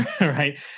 right